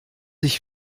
ich